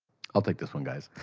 i'll take this one, guys.